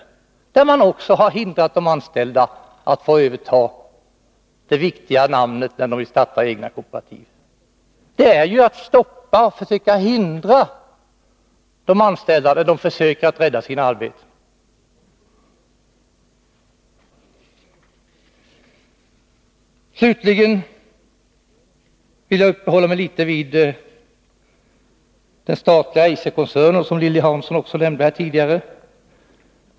Där har man också vägrat de anställda att överta firmanamnet, som är viktigt när de skall starta ett kooperativ. Det är ju att stoppa och försöka hindra de anställda, när de försöker att rädda sina arbeten. Slutligen vill jag uppehålla mig litet vid den statliga Eiserkoncernen, som Lilly Hansson talade om tidigare.